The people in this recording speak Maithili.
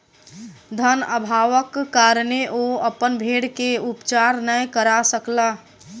धन अभावक कारणेँ ओ अपन भेड़ के उपचार नै करा सकला